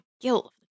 guilt